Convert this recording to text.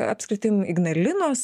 apskritim ignalinos